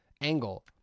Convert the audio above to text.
angle